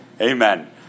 Amen